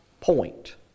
point